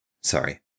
sorry